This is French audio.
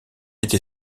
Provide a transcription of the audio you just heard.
été